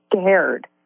scared